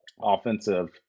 offensive